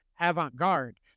avant-garde